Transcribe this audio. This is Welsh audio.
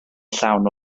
llawn